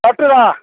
Katra